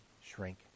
shrink